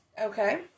Okay